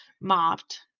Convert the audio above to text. mopped